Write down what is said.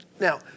Now